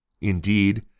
Indeed